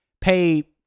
pay